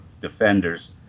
defenders